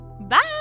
Bye